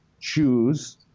choose